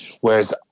Whereas